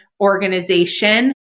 organization